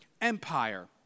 Empire